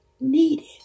needed